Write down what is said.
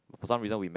for some reason we met